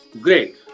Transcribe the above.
Great